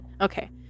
Okay